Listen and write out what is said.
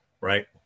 right